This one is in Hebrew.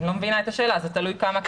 אני לא מבינה את השאלה, זה תלוי כמה כסף חסך.